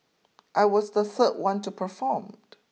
I was the third one to perform